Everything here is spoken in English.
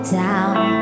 down